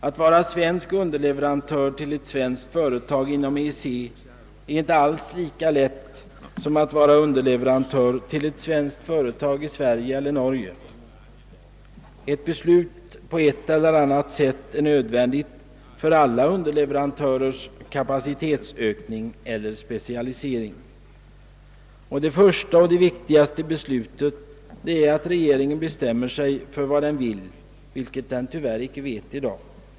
Att vara svensk underleverantör till ett svenskt företag inom EEC är inte alls lika lätt som att vara underleverantör till ett svenskt företag i Sverige eller Norge. Ett beslut av ett eller annat slag är nödvändigt för alla underleverantörers kapacitetsökning eller specialisering. Och det första och viktigaste beslutet är att regeringen bestämmer sig för vad den vill, vilket den tyvärr icke vet i dag.